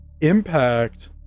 impact